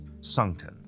sunken